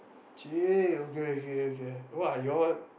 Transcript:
!cheh! okay okay okay what are you all